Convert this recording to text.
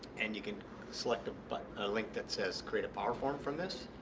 and you can select but a link that says create a powerform from this